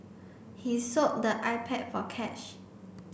he sold the iPad for cash